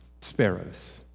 sparrows